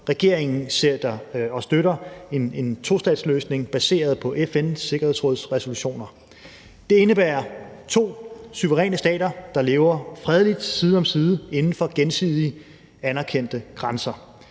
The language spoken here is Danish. Regeringen støtter en tostatsløsning baseret på FN's Sikkerhedsråds resolutioner. Det indebærer to suveræne stater, der lever fredeligt side om side inden for gensidigt anerkendte grænser